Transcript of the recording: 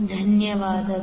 ಧನ್ಯವಾದಗಳು